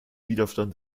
widerstand